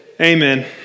Amen